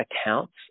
accounts